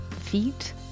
feet